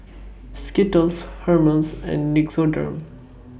Skittles Hermes and Nixoderm